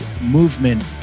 movement